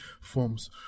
forms